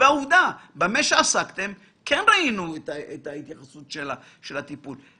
עובדה שראינו את התוצאה של הטיפול במה שעסקתם בו.